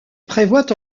prévoit